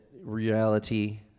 reality